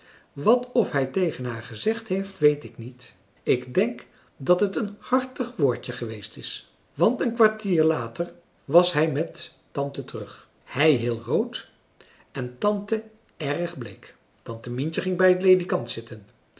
wat of hij tegen haar gezegd heeft weet ik niet ik denk dat het een hartig woordje geweest is want een kwartier later was hij met tante terug hij heel rood en tante erg bleek tante mientje ging bij het ledikant zitten